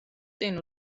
წინ